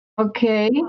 Okay